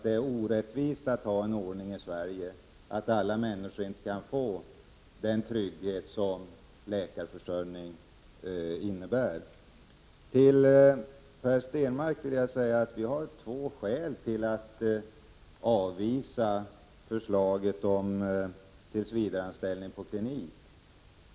Det är orättvist att ha en ordning i Sverige som medför att inte alla människor kan få den trygghet som läkarförsörjning innebär. Till Per Stenmarck vill jag säga att vi har två skäl för att avvisa förslaget om tillsvidareanställning på klinik.